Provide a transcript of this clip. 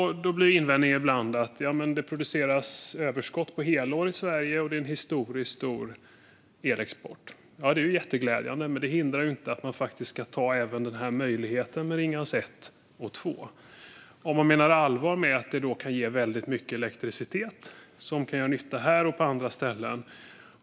Då blir invändningen ibland att det per helår produceras ett överskott i Sverige och att vi har en historiskt stor elexport. Det är glädjande. Det hindrar heller inte att man ska ta möjligheten att driva Ringhals 1 och 2 vidare om man menar allvar med att det kan ge väldigt mycket elektricitet som kan göra nytta här och på andra ställen.